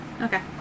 Okay